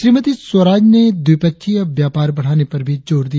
श्रीमती स्वराज ने द्विपक्षीय व्यापार बढ़ाने पर भी जोर दिया